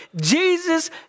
Jesus